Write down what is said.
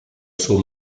suo